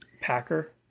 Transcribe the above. Packer